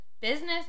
business